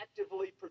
actively